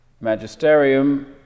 magisterium